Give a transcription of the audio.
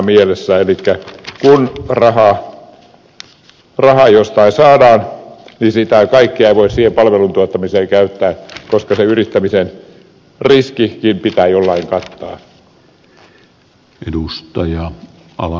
elikkä kun raha jostain saadaan niin sitä kaikkea ei voi siihen palvelun tuottamiseen käyttää koska yrittämisen riski pitää jollain kattaa